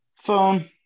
Phone